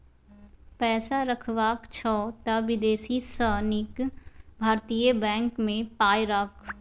पैसा रखबाक छौ त विदेशी सँ नीक भारतीय बैंक मे पाय राख